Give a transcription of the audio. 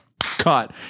cut